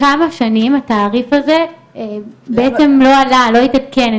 כמה שנים התעריף הזה בעצם לא עלה, לא התעדכן.